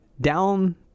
down